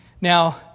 Now